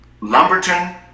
Lumberton